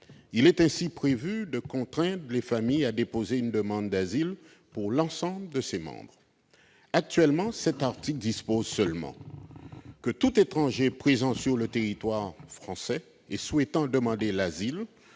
Il est ainsi prévu de contraindre les familles à déposer une demande d'asile pour l'ensemble de ses membres. Actuellement, cet article dispose seulement que « tout étranger présent sur le territoire français et souhaitant demander l'asile